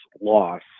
loss